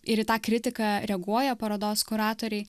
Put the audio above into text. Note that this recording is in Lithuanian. ir į tą kritiką reaguoja parodos kuratoriai